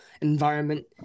environment